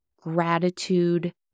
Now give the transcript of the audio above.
gratitude